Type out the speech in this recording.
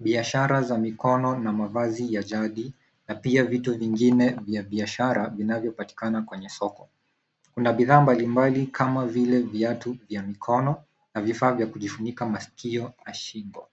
biashara za mikono na mavazi ya jadi na pia viti vingine vya biashara vinavyopatikana kwenye soko. Kuna bidhaa mbalimbali kama vile viatu vya mkono na vifaa vya kujifunika masikio na shingo.